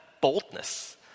boldness